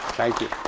thank you.